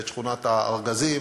את שכונת-הארגזים